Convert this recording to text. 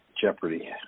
jeopardy